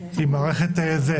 עם מערכת זה,